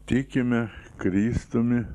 tikime kristumi